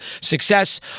success